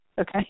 okay